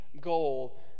goal